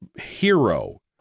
hero